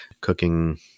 cooking